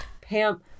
Pam